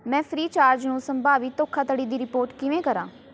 ਮੈਂ ਫ੍ਰੀਚਾਰਜ ਨੂੰ ਸੰਭਾਵੀ ਧੋਖਾਧੜੀ ਦੀ ਰਿਪੋਰਟ ਕਿਵੇਂ ਕਰਾਂ